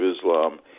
Islam